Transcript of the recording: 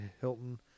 Hilton